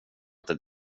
inte